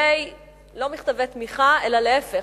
לא מכתבי תמיכה אלא להיפך,